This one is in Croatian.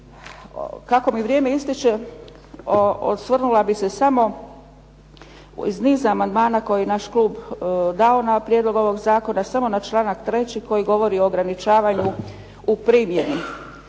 Kako mi vrijeme ističe osvrnula bih se samo iz niza amandmana koje je naš Klub dao na Prijedlog ovoga zakona, samo na članak 3. koji govori u ograničavanju u primjeni.